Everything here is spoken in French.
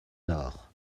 nord